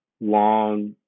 long